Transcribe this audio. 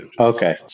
okay